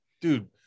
Dude